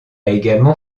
également